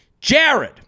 Jared